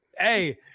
Hey